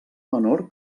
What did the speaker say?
menor